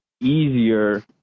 easier